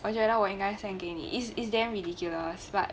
我觉得我应该 send 给你 is is damn ridiculous but